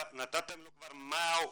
נתתם לו כבר מה הוא